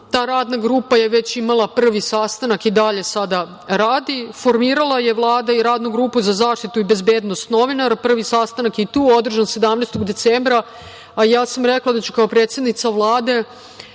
Ta Radna grupa je već imala prvi sastanak i dalje sada radi. Formirala je Vlada i Radnu grupu za zaštitu i bezbednost novinara. Prvi sastanak je i tu održan 17. decembra. Ja sam rekla da ću kao predsednica Vlade